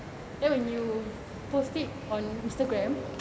then when you post it on Instagram